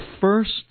first